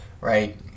right